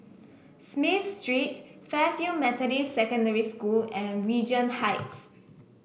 Smith Street Fairfield Methodist Secondary School and Regent Heights